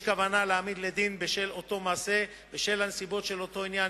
ויש כוונה להעמידו לדין בשל אותו מעשה בשל הנסיבות של אותו העניין,